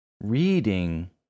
reading